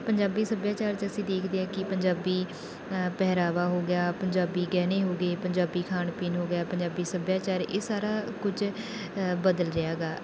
ਪੰਜਾਬੀ ਸੱਭਿਆਚਾਰ 'ਚ ਅਸੀਂ ਦੇਖਦੇ ਹਾਂ ਕਿ ਪੰਜਾਬੀ ਪਹਿਰਾਵਾ ਹੋ ਗਿਆ ਪੰਜਾਬੀ ਗਹਿਣੇ ਹੋ ਗਏ ਪੰਜਾਬੀ ਖਾਣ ਪੀਣ ਹੋ ਗਿਆ ਪੰਜਾਬੀ ਸੱਭਿਆਚਾਰ ਇਹ ਸਾਰਾ ਕੁਝ ਬਦਲ ਰਿਹਾ ਗਾ